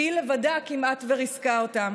שהיא לבדה כמעט וריסקה אותם.